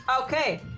Okay